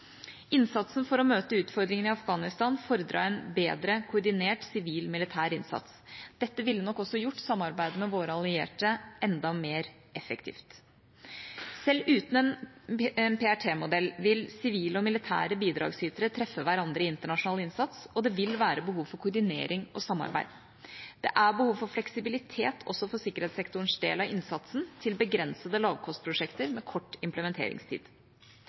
Innsatsen for å møte utfordringene i Afghanistan fordret en bedre koordinert sivil-militær innsats. Dette ville nok også gjort samarbeidet med våre allierte enda mer effektivt. Selv uten en PRT-modell vil sivile og militære bidragsytere treffe hverandre i internasjonal innsats, og det vil være behov for koordinering og samarbeid. Det er behov for fleksibilitet også for sikkerhetssektorens del av innsatsen til begrensede lavkostprosjekter med kort implementeringstid.